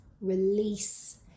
release